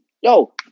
Yo